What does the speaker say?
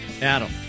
Adam